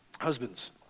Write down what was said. Husbands